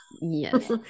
yes